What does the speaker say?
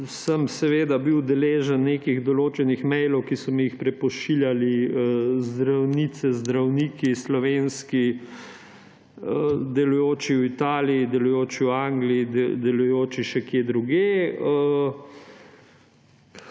sem bil deležen nekih določenih mailov, ki so mi jih prepošiljali slovenski zdravnice, zdravniki, delujoči v Italiji, delujoči v Angliji, delujoči še kje drugje.